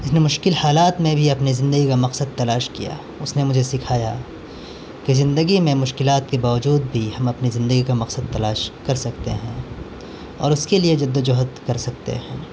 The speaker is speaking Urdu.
جس نے مشکل حالات میں بھی اپنے زندگی کا مکصد تلاش کیا اس نے مجھے سکھایا کہ زندگی میں مشکلات کے باوجود بھی ہم اپنی زندگی کا مکصد تلاش کر سکتے ہیں اور اس کے لیے جد و جہد کر سکتے ہیں